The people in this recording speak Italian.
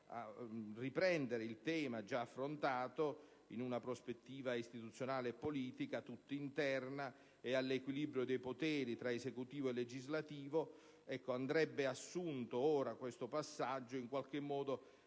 a riprendere il tema, già affrontato in una prospettiva istituzionale e politica tutta interna al Paese e all'equilibrio dei poteri tra esecutivo e legislativo. Questo passaggio andrebbe assunto ora, in qualche modo